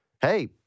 hey